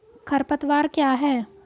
खरपतवार क्या है?